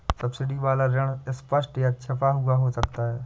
subsidy वाला ऋण स्पष्ट या छिपा हुआ हो सकता है